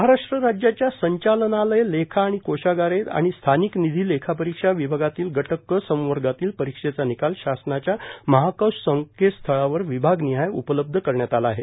महाराष्ट्र राज्याच्या संचालनालयए लेखा आणि कोषागारे आणि स्थानिक निधी लेखा परीक्षा विभागातील गट कश संवर्गातील परीक्षेचा निकाल शासनाच्या महाकोष संकेतस्थळावर विभागनिहाय उपलब्ध करण्यात आला आहे